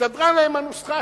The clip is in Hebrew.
הסתדרה להם הנוסחה,